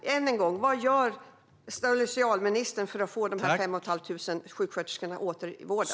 Än en gång: Vad gör socialministern för att få dessa fem och ett halvt tusen sjuksköterskorna att åter söka sig till vården?